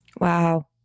wow